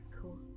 Cool